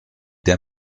der